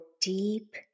deep